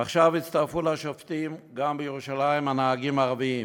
עכשיו הצטרפו לשובתים גם הנהגים הערבים בירושלים.